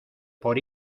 por